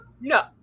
no